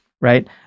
Right